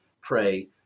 pray